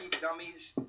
dummies